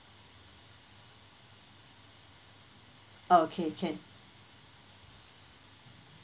okay can